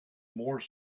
more